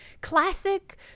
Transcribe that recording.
classic